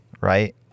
right